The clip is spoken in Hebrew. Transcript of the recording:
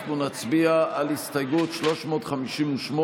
אנחנו נצביע על הסתייגות 358,